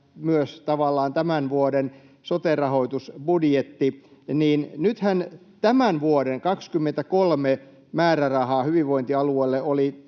myös tämän vuoden sote-rahoitusbudjetti. Nythän tämän vuoden, 2023, määräraha hyvinvointialueille oli